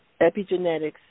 epigenetics